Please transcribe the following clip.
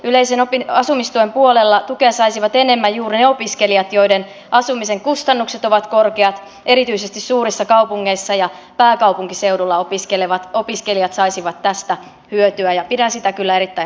yleisen asumistuen puolella tukea saisivat enemmän juuri ne opiskelijat joiden asumisen kustannukset ovat korkeat erityisesti suurissa kaupungeissa ja pääkaupunkiseudulla opiskelevat opiskelijat saisivat tästä hyötyä ja pidän sitä kyllä erittäin harkinnan arvoisena